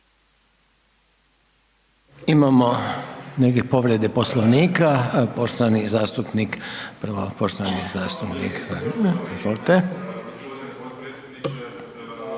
Imamo negdje povrede Poslovnika, poštovani zastupnik, prvo poštovani zastupnik, izvolite.